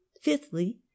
fifthly